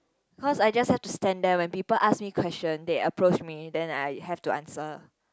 cause I just stand up when people ask me question they are approach me then I have to answer